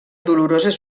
doloroses